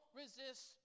resist